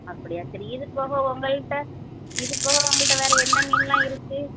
அப்படியா சரி இது போக உங்கள்கிட்ட இது போக உங்கள்கிட்ட வேறு என்ன மீனெலாம் இருக்குது